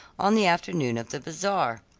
on the afternoon of the bazaar.